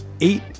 eight